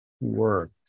work